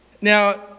Now